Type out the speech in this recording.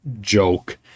joke